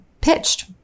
pitched